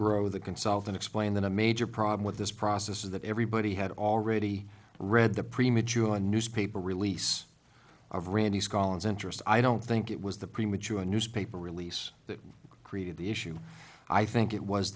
grow the consultant explained that a major problem with this process is that everybody had already read the premature newspaper release of randi's columns interest i don't think it was the premature newspaper release that created the issue i think it was